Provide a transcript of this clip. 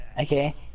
Okay